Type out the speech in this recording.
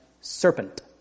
serpent